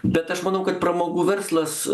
bet aš manau kad pramogų verslas